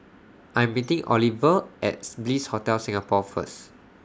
I'm meeting Oliver as Bliss Hotel Singapore First